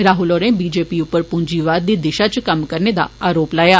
राहुल होरें बीजेपी उप्पर पूंजीवाद दी दिशा इच कम्म करने दा आरोप लाया